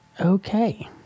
Okay